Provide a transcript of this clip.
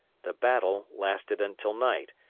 the battle lasted until night,